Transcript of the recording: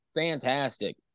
fantastic